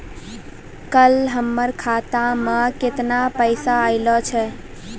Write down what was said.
कल हमर खाता मैं केतना पैसा आइल छै?